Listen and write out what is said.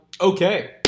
Okay